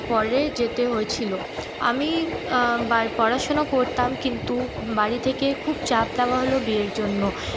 পরে যেতে হয়েছিল আমি পড়াশোনা করতাম কিন্তু বাড়ি থেকে খুব চাপ দেওয়া হল বিয়ের জন্য